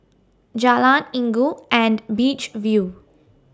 Jalan Inggu and Beach View